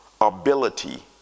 ability